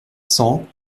cent